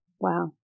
Wow